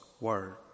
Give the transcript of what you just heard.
word